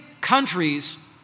countries